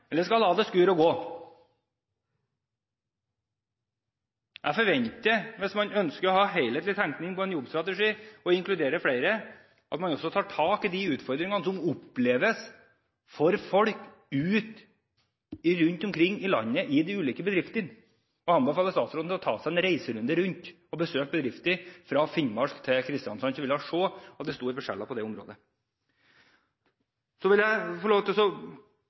eller skal hun la det skure og gå? Jeg forventer, hvis man ønsker å ha helhetlig tenkning på en jobbstrategi og inkludere flere, at man også tar tak i de utfordringene som oppleves for folk rundt omkring i landet i de ulike bedriftene, og jeg anbefaler statsråden å ta seg en runde og besøke bedrifter fra Finnmark til Kristiansand. Da vil hun se at det er store forskjeller på det området. I Rogaland er det nå stopp på tiltaksplasser. De har hatt et kjempegodt prosjekt for å